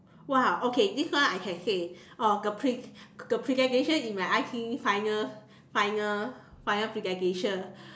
!wow! okay this one I can say oh the pre~ the presentation in my I_T_E finals final final presentation